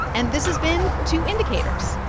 and this has been two indicators.